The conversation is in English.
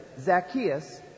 Zacchaeus